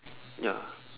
ya